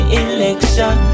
election